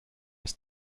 ist